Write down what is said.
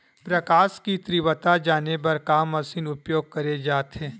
प्रकाश कि तीव्रता जाने बर का मशीन उपयोग करे जाथे?